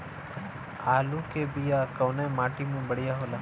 आलू के बिया कवना माटी मे बढ़ियां होला?